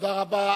תודה רבה.